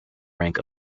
rank